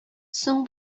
соң